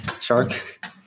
Shark